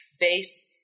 base